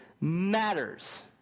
matters